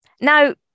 Now